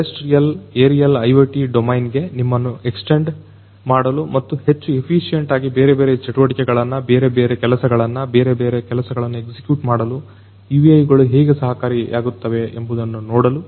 terrestrial aerial IoT domain ಗೆ ನಿಮ್ಮನ್ನ extend ಮಾಡಲು ಮತ್ತು ಹೆಚ್ಚು ಎಫಿಸಿಯೆಂಟ್ ಆಗಿ ಬೇರೆ ಬೇರೆ ಚಟುವಟಿಕೆಗಳನ್ನು ಬೇರೆ ಬೇರೆ ಕೆಲಸಗಳನ್ನು ಬೇರೆ ಬೇರೆ ಕೆಲಸಗಳನ್ನು ಎಕ್ಸಿಕ್ಯೂಟ್ ಮಾಡಲು UAVಗಳು ಹೇಗೆ ಸಹಕಾರಿಯಾಗುತ್ತವೆ ಎಂಬುದನ್ನು ನೋಡಲು